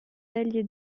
alliés